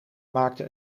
maakte